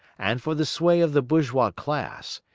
and for the sway of the bourgeois class,